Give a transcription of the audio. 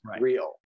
real